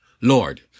Lord